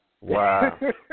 Wow